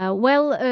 ah well,